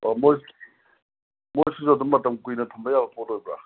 ꯑꯥ ꯃꯣꯏ ꯃꯣꯏ ꯁꯤꯁꯨ ꯑꯗꯨꯝ ꯃꯇꯝ ꯀꯨꯏꯅ ꯊꯝꯕ ꯌꯥꯕ ꯄꯣꯠ ꯑꯣꯏꯕ꯭ꯔꯥ